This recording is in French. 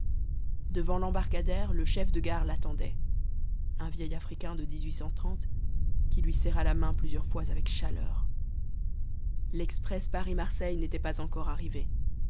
devant l'embarcadère le chef de gare l'attendait un vieil africain de qui lui serra la main plusieurs fois avec chaleur l'express paris marseille n'était pas encore arrivé